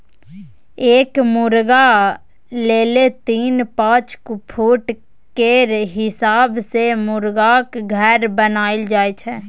एक मुरगा लेल तीन या पाँच फुट केर हिसाब सँ मुरगाक घर बनाएल जाइ छै